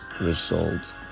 results